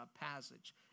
passage